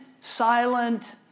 silent